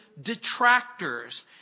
detractors